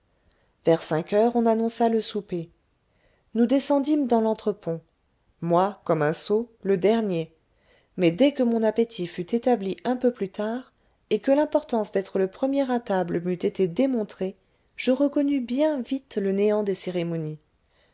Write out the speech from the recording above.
vers cinq heures on annonça le souper nous descendîmes dans l'entrepont moi comme un sot le dernier mais dès que mon appétit fut établi un peu plus tard et que l'importance d'être le premier à table m'eût été démontrée je reconnus bien vite le néant des cérémonies